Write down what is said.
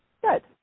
Good